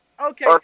Okay